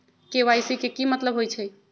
KYC के कि मतलब होइछइ?